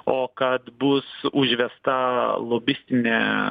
o kad bus užvesta lobistinė